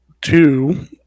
two